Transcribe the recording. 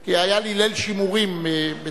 כי היה לי ליל שימורים בדרכי.